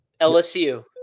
LSU